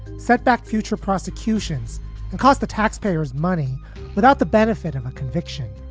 setback future prosecutions cost the taxpayers money without the benefit of a conviction.